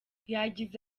yagize